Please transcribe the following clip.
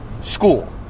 school